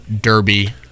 derby